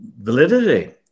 validity